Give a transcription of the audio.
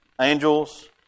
angels